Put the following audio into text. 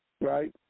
right